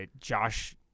Josh